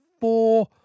four